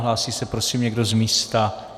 Hlásí se prosím někdo z místa?